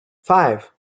five